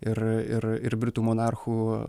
ir ir ir britų monarchų